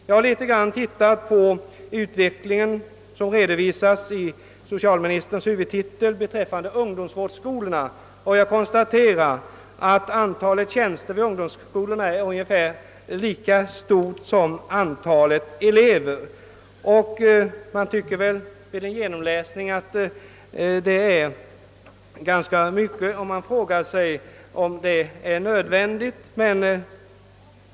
Jag har något studerat den utveckling som redovisas i socialministerns huvudtitel beträffande ungdomsvårdsskolorna, varvid jag konstaterat att antalet tjänster vid dessa är ungefär lika stort som antalet elever. Vid en genomläsning tycker man att detta är ganska mycket, och man frågar sig om det är nödvändigt.